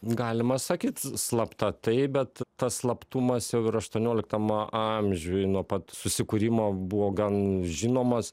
galima sakyt slapta taip bet tas slaptumas jau ir aštuonioliktam amžiuj nuo pat susikūrimo buvo gan žinomas